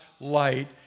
light